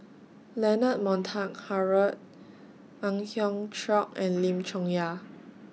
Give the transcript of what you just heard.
Leonard Montague Harrod Ang Hiong Chiok and Lim Chong Yah